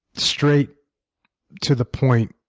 straight to the point.